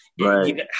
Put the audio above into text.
Right